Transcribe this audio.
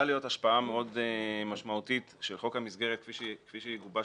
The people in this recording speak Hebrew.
להיות השפעה מאוד משמעותית של חוק המסגרת כפי שהוא יגובש